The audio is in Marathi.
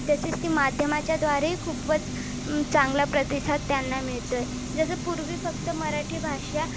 तसेच ती माध्यमाच्या द्वारेही खूपच चांगला प्रतिसाद त्यांना मिळतो आहे जसं पूर्वी फक्त मराठी भाषा